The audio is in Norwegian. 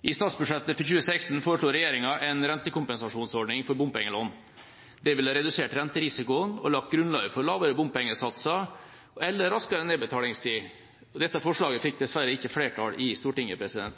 I statsbudsjettet for 2016 foreslo regjeringa en rentekompensasjonsordning for bompengelån. Det ville redusert renterisikoen og lagt grunnlaget for lavere bompengesatser eller raskere nedbetalingstid. Dette forslaget fikk dessverre ikke flertall i Stortinget.